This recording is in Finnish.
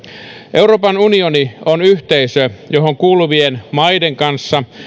euroopan unioni on yhteisö johon kuuluvien maiden kanssa